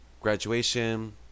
Graduation